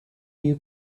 you